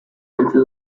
into